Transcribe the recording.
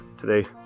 today